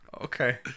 Okay